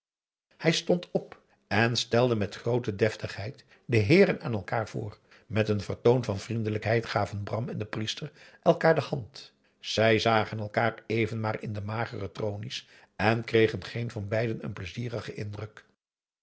hij stond op en stelde met groote deftigheid de heeren aan elkaar voor met een vertoon van vriendelijkheid gaven bram en de priester elkaar de hand zij zagen elkaar even maar in de magere tronies en kregen geen van beiden een pleizierigen indruk